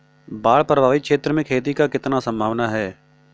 बाढ़ प्रभावित क्षेत्र में खेती क कितना सम्भावना हैं?